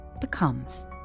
becomes